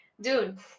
dude